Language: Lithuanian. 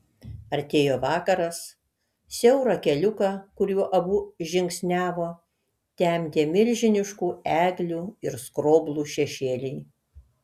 artėjo vakaras siaurą keliuką kuriuo abu žingsniavo temdė milžiniškų eglių ir skroblų šešėliai